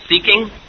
seeking